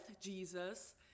Jesus